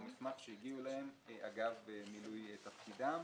מסמך שהגיעו אליהם אגב מילוי תפקידם,